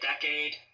decade